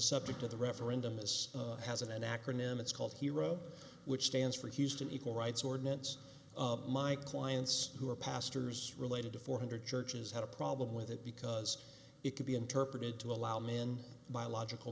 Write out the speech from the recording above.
subject of the referendum this has an acronym it's called hero which stands for houston equal rights ordinance my clients who are pastors related to four hundred churches had a problem with it because it could be interpreted to allow men biological